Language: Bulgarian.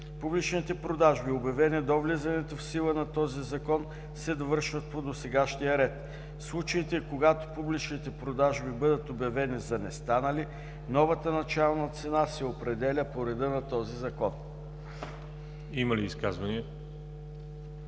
Публичните продажби, обявени до влизането в сила на този закон се довършват по досегашния ред. В случаите, когато публичните продажби бъдат обявени за нестанали, новата начална цена се определя по реда на този закон.“ ПРЕДСЕДАТЕЛ